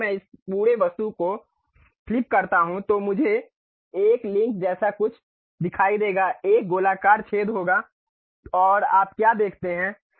अगर मैं इस पूरे वस्तु को फ्लिप करता हूं तो मुझे एक लिंक जैसा कुछ दिखाई देगा एक गोलाकार छेद होगा और आप क्या देखते हैं